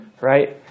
right